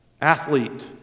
athlete